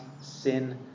sin